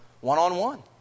one-on-one